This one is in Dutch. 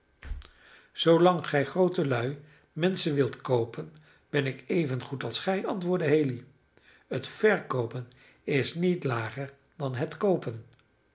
zoolang gij groote lui menschen wilt koopen ben ik evengoed als gij antwoordde haley het verkoopen is niet lager dan het koopen